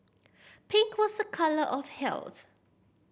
pink was a colour of health